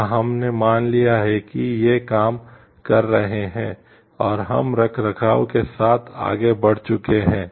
या हमने मान लिया है कि ये काम कर रहे हैं और हम रखरखाव के साथ आगे बढ़ चुके हैं